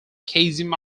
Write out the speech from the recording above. caesium